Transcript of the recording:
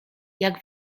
jak